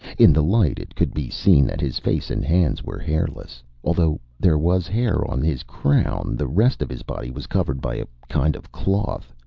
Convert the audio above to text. in the light, it could be seen that his face and hands were hairless, although there was hair on his crown the rest of his body was covered by a kind of cloth.